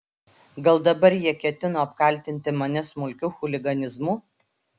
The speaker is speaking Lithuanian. gal dabar jie ketino apkaltinti mane smulkiu chuliganizmu